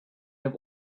have